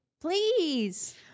Please